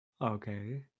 okay